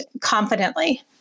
confidently